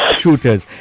shooters